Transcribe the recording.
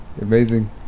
Amazing